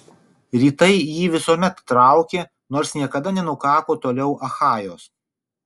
rytai jį visuomet traukė nors niekada nenukako toliau achajos